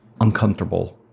uncomfortable